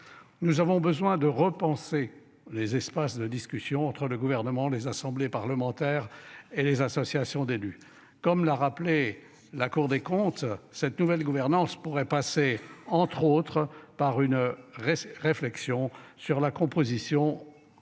Nous avons besoin de repenser les espaces de discussions entre le gouvernement, les assemblées parlementaires et les associations d'élus, comme l'a rappelé la Cour des comptes. Cette nouvelle gouvernance pourrait passer entre autres par une réelle réflexion sur la composition.